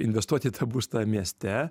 investuoti į tą būstą mieste